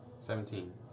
Seventeen